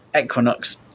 equinox